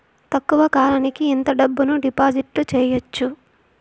తక్కువ కాలానికి ఎంత డబ్బును డిపాజిట్లు చేయొచ్చు?